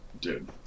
Dude